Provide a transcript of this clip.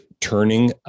turning